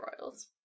Royals